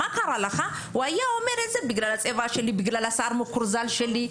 היה אומר: בגלל הצבע שלי, בגלל השיער המקורזל שלי.